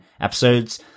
episodes